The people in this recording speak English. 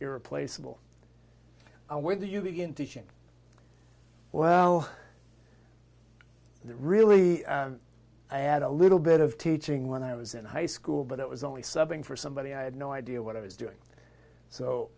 irreplaceable i where do you begin teaching well really i add a little bit of teaching when i was in high school but it was only subbing for somebody i had no idea what i was doing so